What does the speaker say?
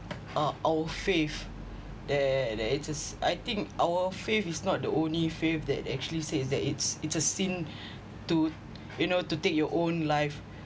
uh our faith there there it just I think our faith is not the only faith that actually says that it's a sin to you know to take your own life